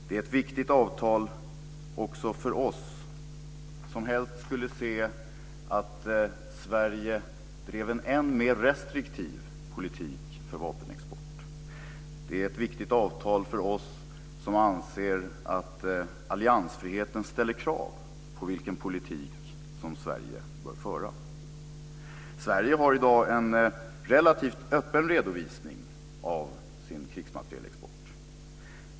Det är ett viktigt avtal också för oss, som helst skulle se att Sverige drev en än mer restriktiv politik för vapenexport. Det är ett viktigt avtal för oss som anser att alliansfriheten ställer krav på vilken politik som Sverige bör föra. Sverige har i dag en relativt öppen redovisning av sin krigsmaterielexport.